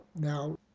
Now